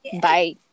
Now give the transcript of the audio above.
Bye